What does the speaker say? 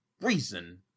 reason